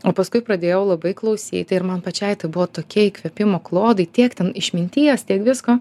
o paskui pradėjau labai klausyti ir man pačiai tai buvo tokie įkvėpimo klodai tiek ten išminties tiek visko